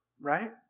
Right